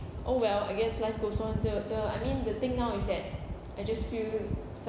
oh well I guess life goes on the the I mean the thing now is that I just feel